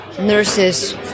nurses